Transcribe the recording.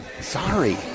Sorry